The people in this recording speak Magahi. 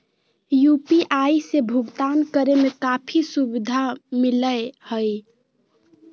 यू.पी.आई से भुकतान करे में काफी सुबधा मिलैय हइ